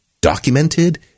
documented